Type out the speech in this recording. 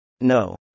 No